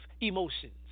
emotions